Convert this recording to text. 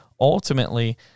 ultimately